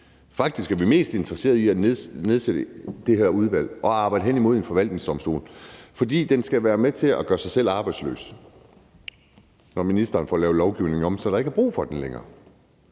Faktisk er vi mest interesserede i at nedsætte det her udvalg og arbejde hen mod en forvaltningsdomstol, fordi den skal være med til at gøre sig selv arbejdsløs, når ministeren får lavet lovgivningen om, så der ikke er brug for den længere.